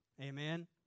Amen